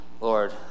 Lord